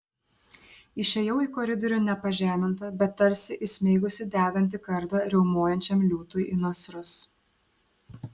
išėjau į koridorių ne pažeminta bet tarsi įsmeigusi degantį kardą riaumojančiam liūtui į nasrus